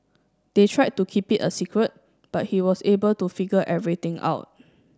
they tried to keep it a secret but he was able to figure everything out